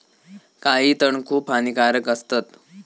काही तण खूप हानिकारक असतत